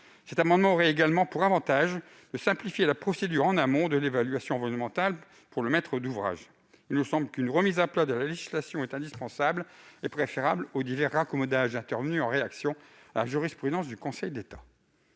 cet amendement aurait également pour avantage de simplifier la procédure en amont de l'évaluation environnementale pour le maître d'ouvrage. Il nous semble qu'une remise à plat de la législation est indispensable et préférable aux divers raccommodages intervenus en réaction à la jurisprudence du Conseil d'État.